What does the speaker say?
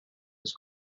was